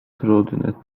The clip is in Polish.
trudny